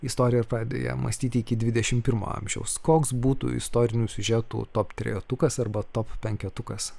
istoriją ir pradėję mąstyti iki dvidešimt pirmo amžiaus koks būtų istorinių siužetų top trejetukas arba top penketukas